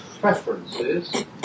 preferences